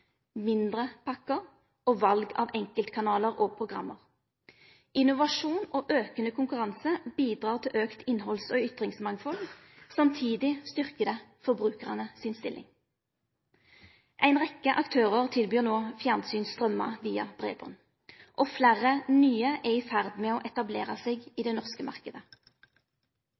mindre pakkar og val av enkeltkanalar og program. Innovasjon og aukande konkurranse bidreg til auka innhalds- og ytringsmangfald. Samtidig styrker det forbrukarane si stilling. Ei rekkje aktørar tilbyr no fjernsyn strøymt via breiband, og fleire nye er i ferd med å etablere seg i den norske